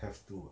have to [what]